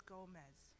Gomez